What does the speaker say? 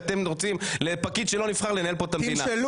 אתם רוצים לפקיד שלא נבחר לנהל פה את המדינה,